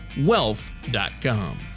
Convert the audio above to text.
wealth.com